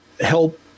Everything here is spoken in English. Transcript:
help